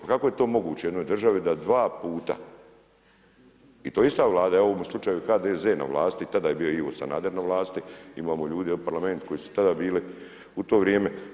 Pa kako je to moguće u jednoj državi da dva puta, i to ista Vladu, evo u ovome slučaju HDZ na vlasti i tada je bio Ivo Sanader na vlasti, imamo ljude u parlamentu koji su tada bili u to vrijeme.